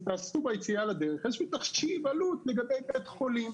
שתעשו ביציאה לדרך איזה שהוא תחשיב עלות לגבי בית חולים,